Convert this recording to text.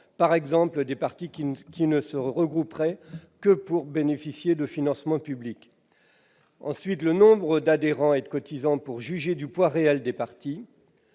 par exemple par des partis qui ne se regrouperaient que pour bénéficier de financements publics -, ou encore le nombre d'adhérents et de cotisants pour juger du poids réel du parti.